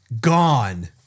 gone